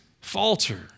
falter